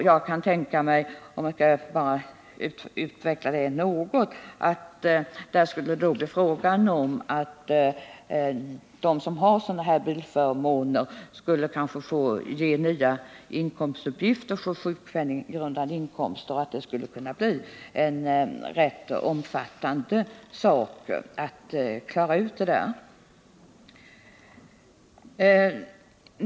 Låt mig utveckla det något: Jag kan tänka mig att det skulle kunna bli så att de som har sådana här bilförmåner skulle få ge in nya inkomstuppgifter avseende sjukpenninggrundande inkomst och att det skulle bli ett rätt omfattande arbete att handlägga det.